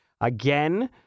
Again